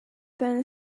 been